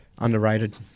Underrated